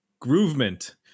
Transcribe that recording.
Groovement